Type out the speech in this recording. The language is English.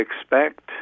expect